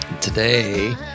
Today